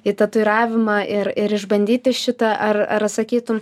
į tatuiravimą ir ir išbandyti šitą ar ar sakytum